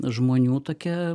žmonių tokia